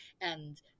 and-